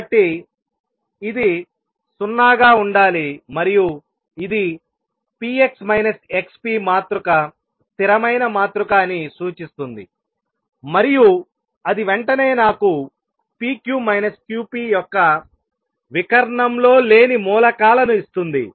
కాబట్టి ఇది 0 గా ఉండాలి మరియు ఇది p x x p మాతృక స్థిరమైన మాతృక అని సూచిస్తుంది మరియు అది వెంటనే నాకు p q q p యొక్క వికర్ణము లో లేని మూలకాలను ఇస్తుంది